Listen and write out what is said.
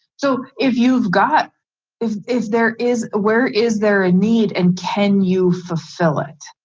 so if you've got is is there is where is there a need and can you fulfill it?